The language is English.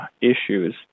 issues